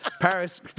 Paris